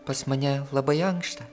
pas mane labai ankšta